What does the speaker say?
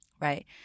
right